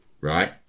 right